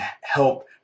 help